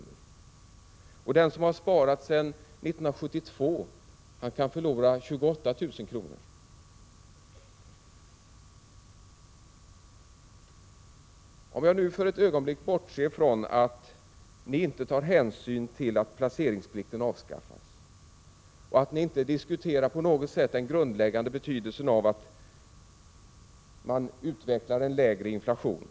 och att den som har sparat sedan 1972 kan förlora 28 000 kr. Jag bortser nu från att ni inte tar hänsyn till att placeringsplikten avskaffades och att ni inte på något sätt diskuterar den grundläggande betydelsen av en lägre inflation.